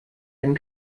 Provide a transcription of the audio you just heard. dem